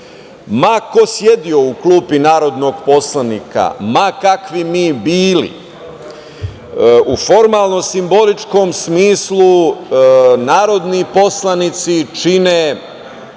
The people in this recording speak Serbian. ko sedeo u klupi narodnog poslanika, ma kakvi mi bili, u formalno simboličkom smislu, narodni poslanici čine